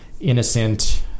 innocent